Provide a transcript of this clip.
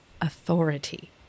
authority